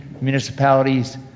municipalities